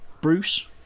Bruce